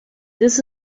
this